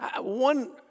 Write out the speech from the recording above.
One